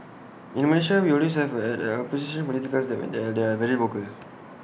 in Malaysia we always have had opposition politicians and they are they are very vocal